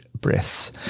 breaths